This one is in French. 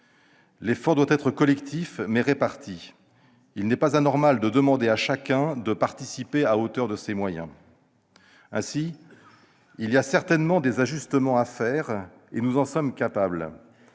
L'effort doit être collectif, mais réparti. Il n'est pas anormal de demander à chacun de participer à hauteur ses moyens. Il reste assurément des ajustements à apporter, et nous en sommes capables,